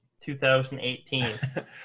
2018